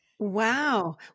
Wow